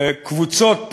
קבוצות